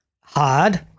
hard